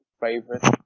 favorite